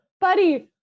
buddy